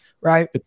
right